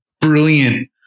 brilliant